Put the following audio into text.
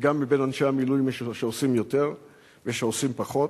וגם מבין אנשי המילואים יש שעושים יותר ושעושים פחות,